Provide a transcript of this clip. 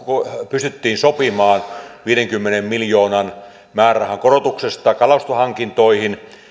pystyttiin sopimaan viidenkymmenen miljoonan määrärahakorotuksesta kalustehankintoihin